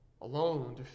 alone